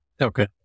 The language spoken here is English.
okay